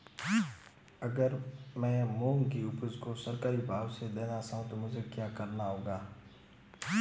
अगर मैं मूंग की उपज को सरकारी भाव से देना चाहूँ तो मुझे क्या करना होगा?